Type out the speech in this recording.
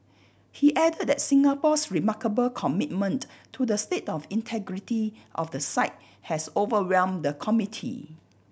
he added that Singapore's remarkable commitment to the state of integrity of the site has overwhelmed the committee